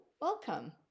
welcome